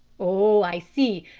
oh, i see,